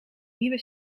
nieuwe